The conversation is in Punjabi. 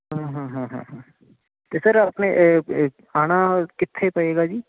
ਹਾਂ ਹਾਂ ਹਾਂ ਹਾਂ ਹਾਂ ਤੇ ਸਰ ਆਪਣੇ ਆਉਣਾ ਕਿੱਥੇ ਪਵੇਗਾ ਜੀ